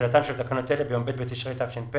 תחילתן של תקנות אלה ביום ב' בתשרי התש"ף,